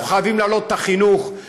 אנחנו חייבים להעלות את החינוך,